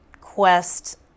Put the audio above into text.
quest